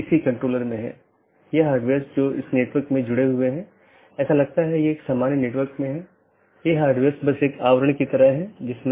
इसलिए समय समय पर जीवित संदेश भेजे जाते हैं ताकि अन्य सत्रों की स्थिति की निगरानी कर सके